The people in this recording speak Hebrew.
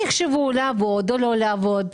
גם מוסדות החינוך יעלו את המחירים,